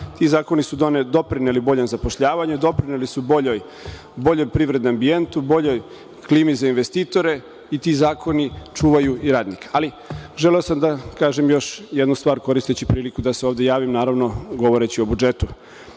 Ti zakoni su doprineli boljem zapošljavanju, doprineli su boljem privrednom ambijentu, boljoj klimi za investitore i ti zakoni čuvaju i radnika. Želeo sam da kažem još jednu stvar koristeći priliku da se ovde javim, naravno govoreći o budžetu.